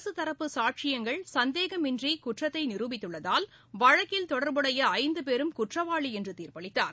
அரசு தரப்பு சாட்சியங்கள் சந்தேகமின்றி குற்றத்தை நிரூபித்துள்ளதால் வழக்கில் தொடர்புடைய ஐந்து பேரும் குற்றவாளி என்று தீர்ப்பு அளித்தார்